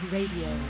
Radio